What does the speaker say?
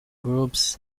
groups